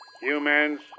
Humans